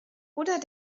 oder